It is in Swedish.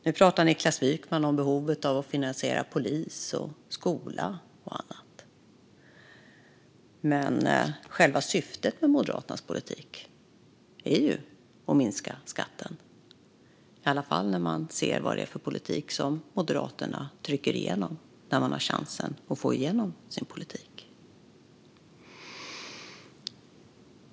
Nu pratar Niklas Wykman om behovet av att finansiera polis, skola och annat. Men själva syftet med Moderaternas politik är ju att minska skatten, i alla fall att döma av den politik som Moderaterna trycker igenom när de har chansen att få igenom sin politik.